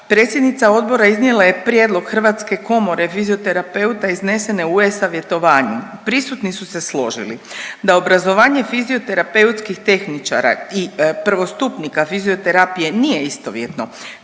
Predsjednica odbora iznijela je prijedlog Hrvatske komore fizioterapeuta iznesene u e-savjetovanju. Prisutni su se složili da obrazovanje fizioterapeutskih tehničara i prvostupnika fizioterapije nije istovjetno